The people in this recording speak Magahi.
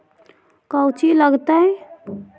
कौची लगतय?